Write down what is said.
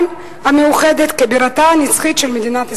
המאוחדת כבירתה הנצחית של מדינת ישראל.